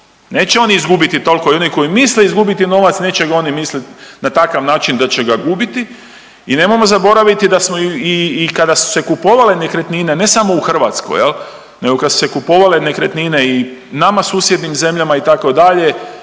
Neće oni izgubiti tolko i oni koji misle izgubiti novac neće ga oni mislit na takav način da će ga gubiti. I nemojmo zaboraviti da smo i kada su se kupovale nekretnine ne samo u Hrvatskoj jel, nego kad su se kupovale nekretnine i nama susjednim zemljama itd.,